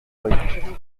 rue